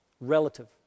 relative